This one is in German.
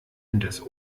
hinters